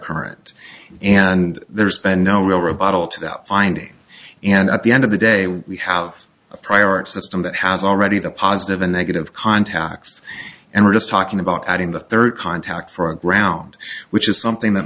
current and there's been no real rebuttal to that finding and at the end of the day we have a prior art system that has already the positive and negative contacts and we're just talking about adding the third contact for ground which is something that